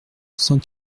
cent